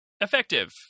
effective